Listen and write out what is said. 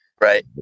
Right